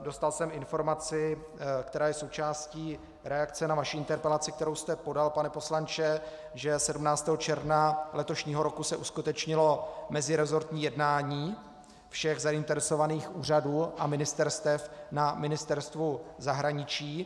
Dostal jsem informaci, která je součástí reakce na vaši interpelaci, kterou jste podal, pane poslanče, že se 17. června letošního roku uskutečnilo meziresortní jednání všech zainteresovaných úřadů a ministerstev na Ministerstvu zahraničí.